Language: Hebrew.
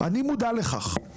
אני מודע לכך.